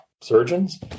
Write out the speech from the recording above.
surgeons